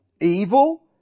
Evil